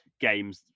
games